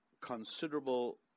considerable